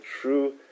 true